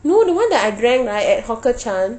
no the one that I drank right at hawker chan